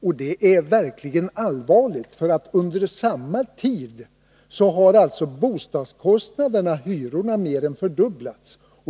Och det är verkligen allvarligt, för under samma tid har bostadskostnaderna, hyrorna, mer än fördubblats.